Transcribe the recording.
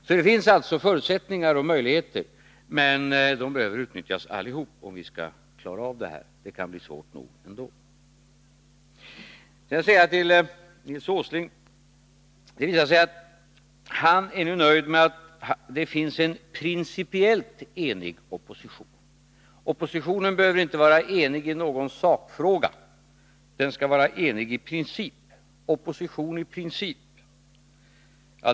Det finns alltså förutsättningar och möjligheter, men de behöver utnyttjas allihop, om vi skall kunna klara av det här — det kan bli svårt nog ändå. Jag vill sedan återkomma till vad Nils Åsling sade. Det visar sig att han nu är nöjd med en opposition som principiellt är enig. Oppositionen behöver inte vara enig i någon sakfråga, utan bara i princip.